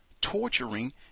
torturing